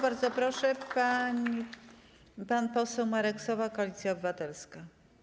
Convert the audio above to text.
Bardzo proszę, pan poseł Marek Sowa, Koalicja Obywatelska.